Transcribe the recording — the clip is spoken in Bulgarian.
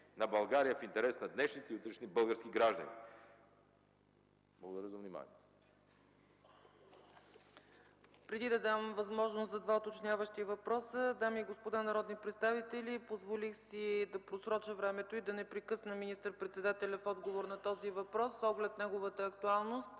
на България в интерес на днешните и утрешни български граждани. Благодаря за вниманието. ПРЕДСЕДАТЕЛ ЦЕЦКА ЦАЧЕВА: Преди да дам възможност за два уточняващи въпроса, дами и господа народни представители, позволих си да просроча времето и да не прекъсна министър-председателя в отговор на този въпрос с оглед неговата актуалност